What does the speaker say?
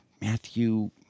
Matthew